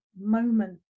moment